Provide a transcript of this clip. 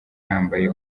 nambaye